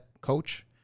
coach